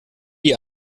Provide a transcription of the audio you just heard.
die